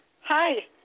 Hi